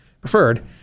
preferred